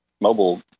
mobile